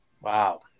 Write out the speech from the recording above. Wow